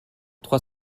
trois